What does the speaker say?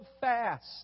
fast